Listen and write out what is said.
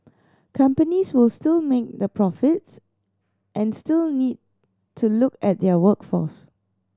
companies will still make the profits and still need to look at their workforce